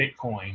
Bitcoin